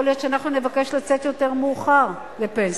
יכול להיות שאנחנו נבקש לצאת יותר מאוחר לפנסיה.